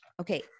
Okay